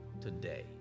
today